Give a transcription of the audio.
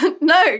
No